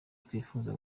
twifuza